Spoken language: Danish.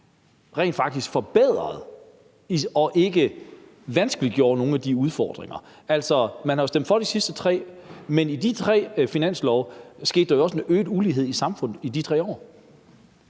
rent faktisk forbedrede og ikke vanskeliggjorde nogle af de ting? Altså, man har jo stemt for de sidste tre, men med de tre finanslove kom der jo også en øget ulighed i samfundet i de 3 år.